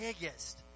biggest